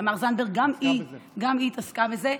גם היא התעסקה בזה,